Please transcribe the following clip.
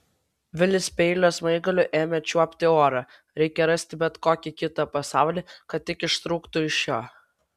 vilis peilio smaigaliu ėmė čiuopti orą reikia rasti bet kokį kitą pasaulį kad tik ištrūktų iš šio